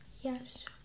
yes